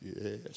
Yes